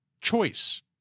choice